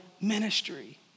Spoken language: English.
ministry